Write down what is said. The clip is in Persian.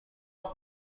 بود